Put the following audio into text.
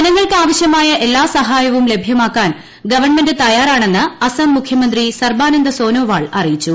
ജനങ്ങൾക്ക് ആവശ്യമായ എല്ലാ സഹായവും ലഭ്യമാക്കാൻ ഗവൺമെന്റ് തയ്യാറാണെന്ന് അസ്റ്റം മുഖ്യമന്ത്രി സർബാനന്ദ സോനോവാൾ അറിയിച്ചു